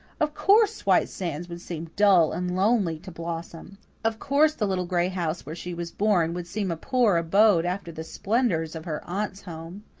of course white sands would seem dull and lonely to blossom of course the little gray house where she was born would seem a poor abode after the splendours of her aunt's home.